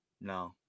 No